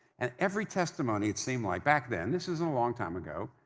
and every testimony it seemed like, back then, this was a long time ago,